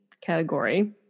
category